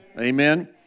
Amen